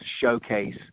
showcase